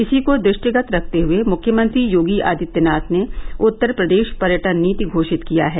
इसी को दृष्टिगत रखते हुए मुख्यमंत्री योगी आदित्यनाथ ने उत्तर पद्रेश पर्यटन नीति घोषित किया है